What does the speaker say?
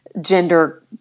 gender